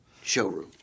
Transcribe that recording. showroom